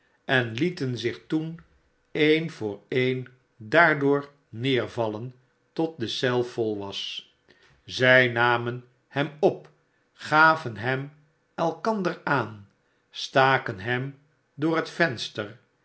en lieten zich toen een voor een daardoor neervallen tot de eel vol was zij namen hem op gaven hem elkander aan staken hem door het venster